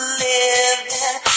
living